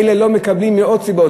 ואלה לא מתקבלים מעוד סיבות,